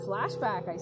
Flashback